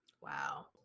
Wow